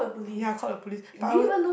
ya I called the police but I was